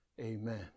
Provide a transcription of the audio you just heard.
Amen